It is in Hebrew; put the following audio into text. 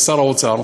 לשר האוצר,